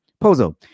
Pozo